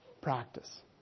practice